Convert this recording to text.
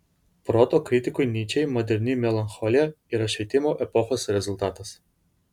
proto kritikui nyčei moderni melancholija yra švietimo epochos rezultatas